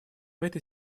этой